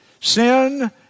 Sin